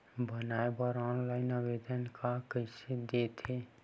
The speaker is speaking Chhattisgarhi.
बनाये बर ऑफलाइन आवेदन का कइसे दे थे?